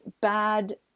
bad